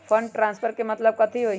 Fund transfer के मतलब कथी होई?